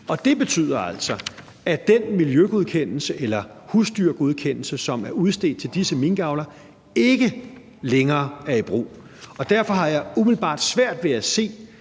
Det betyder altså, at den miljøgodkendelse eller husdyrgodkendelse, som er udstedt til disse minkavlere, ikke længere er i brug. Derfor har jeg umiddelbart svært ved at se,